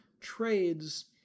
trades